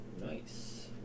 Nice